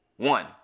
One